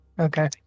Okay